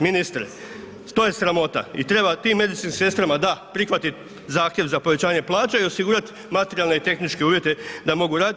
Ministre, to je sramota i treba tim medicinskim sestrama da, prihvatiti zahtjev za povećanje plaće i osigurati materijalne i tehničke uvjete da mogu raditi.